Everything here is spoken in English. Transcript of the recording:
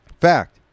fact